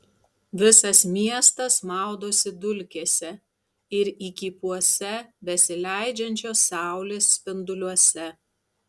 visas miestas maudosi dulkėse ir įkypuose besileidžiančios saulės spinduliuose